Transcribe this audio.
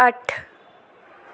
अट्ठ